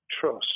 trust